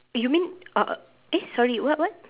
you mean uh eh sorry what what